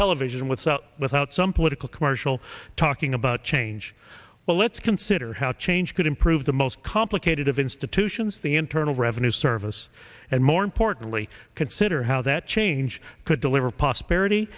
television without without some political commercial talking about change well let's consider how change could improve the most complicated of institutions the internal revenue service and more importantly consider how that change could deliver pos parity